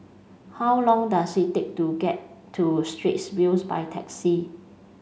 how long does it take to get to Straits View by taxi